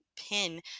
Pin